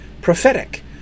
prophetic